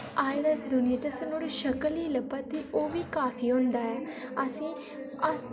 आए अस दुनिया च असें ई नुहाड़ी शकल ई लब्भा दी ओह् ई काफी होंदा ऐ असें अस